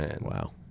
Wow